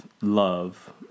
love